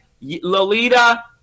Lolita